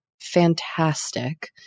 fantastic